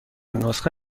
نسخه